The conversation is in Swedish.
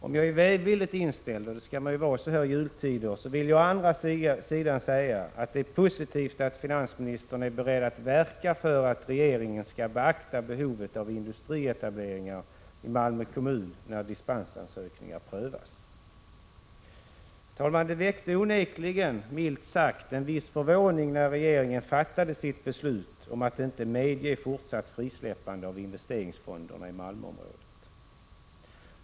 Om jag är välvilligt inställd — och det skall man ju vara så här i juletider — vill jag å andra sidan säga att det är positivt att finansministern är beredd att verka för att regeringen skall beakta behovet av industrietableringar i Malmö kommun när dispensansökningar prövas. Herr talman! Det väckte onekligen milt sagt en viss förvåning när regeringen fattade sitt beslut om att inte medge fortsatt frisläppande av investeringsfonderna i Malmöområdet.